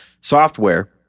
software